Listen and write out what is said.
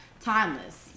timeless